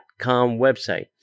website